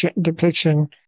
depiction